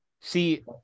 See